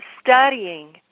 studying